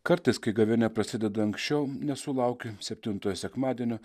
kartais kai gavėnia prasideda anksčiau nesulaukiam septintojo sekmadienio